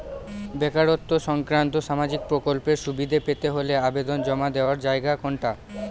বেকারত্ব সংক্রান্ত সামাজিক প্রকল্পের সুবিধে পেতে হলে আবেদন জমা দেওয়ার জায়গা কোনটা?